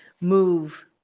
move